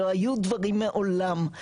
לא היו דברים מעולם,